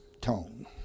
tone